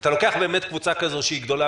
אתה לוקח קבוצה כזאת שהיא גדולה